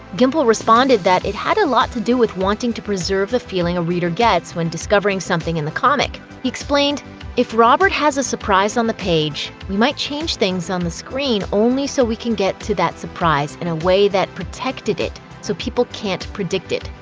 gimple responded that it had a lot to do with wanting to preserve the feeling a reader gets when discovering something in the comic. he explained if robert has a surprise on the page, we might change things on the screen only so we can get to that surprise in way that protected it so people can't predict it.